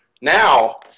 Now